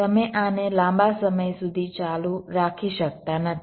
તમે આને લાંબા સમય સુધી ચાલુ રાખી શકતા નથી